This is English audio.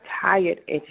tired